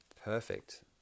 perfect